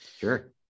Sure